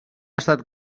estat